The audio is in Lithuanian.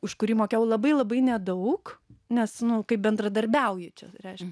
už kurį mokėjau labai labai nedaug nes nu kaip bendradarbiauji čia reiškia